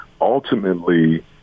ultimately